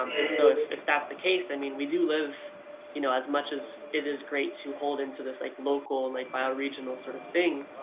um and so if if that's the case, i mean we do live you know as much as it is great to hold into this like local like bioregional sort of thing,